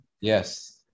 yes